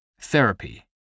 Therapy